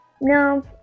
no